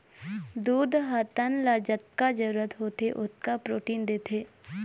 दूद ह तन ल जतका जरूरत होथे ओतका प्रोटीन देथे